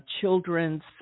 children's